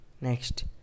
Next